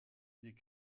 des